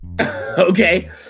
Okay